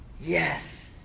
yes